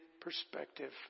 perspective